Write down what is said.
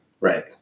Right